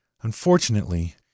Unfortunately